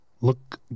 look